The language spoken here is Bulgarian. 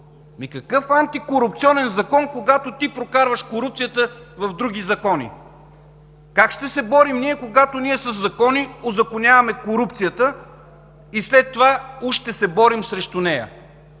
какъв антикорупционен закон, когато ти прокарваш корупцията в други закони?! Как ще се борим ние, когато със закони узаконяваме корупцията и след това уж ще се борим срещу нея?!